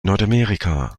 nordamerika